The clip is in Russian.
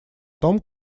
том